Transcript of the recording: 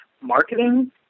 marketing